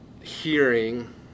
hearing